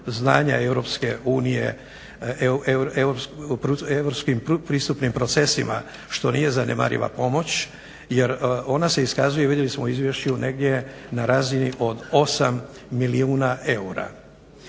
znanja EU europskim pristupnim procesima što nije zanemariva pomoć jer ona se iskazuje vidjeli smo u izvješću negdje na razini od 8 milijuna eura.